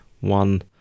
one